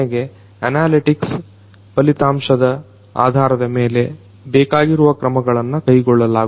ಕೊನೆಗೆ ಅನಾಲಿಟಿಕ್ಸ್ ಫಲಿತಾಂಶದ ಆಧಾರದ ಮೇಲೆ ಬೇಕಾಗಿರುವ ಕ್ರಮಗಳನ್ನು ಕೈಗೊಳ್ಳಲಾಗುವುದು